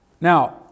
Now